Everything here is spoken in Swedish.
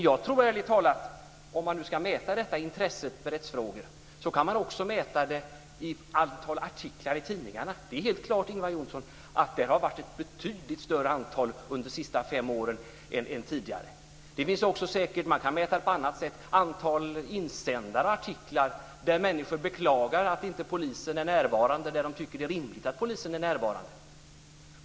Jag tror ärligt talat att det går att mäta detta intresse för rättsfrågor i antal artiklar i tidningarna. Det är helt klart, Ingvar Johnsson, att det har varit ett betydligt större antal under de senaste fem åren än tidigare. Det går att mäta på annat sätt, t.ex. insändare och artiklar där människor beklagar sig över att polisen inte är närvarande när de tycker att det är rimligt att polisen är närvarande.